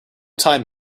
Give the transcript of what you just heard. time